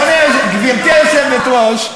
גברתי היושבת-ראש,